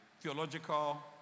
theological